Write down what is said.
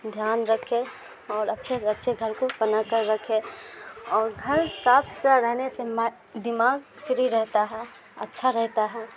دھیان رکھے اور اچھے سے اچھے گھر کو پن کر رکھے اور گھر صاف ستھرا رہنے سے دماغ فری رہتا ہے اچھا رہتا ہے